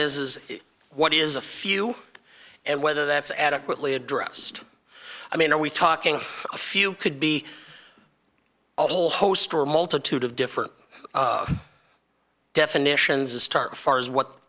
then is what is a few and whether that's adequately addressed i mean are we talking a few could be a whole host or a multitude of different definitions of start far as what